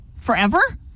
Forever